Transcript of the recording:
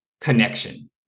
connection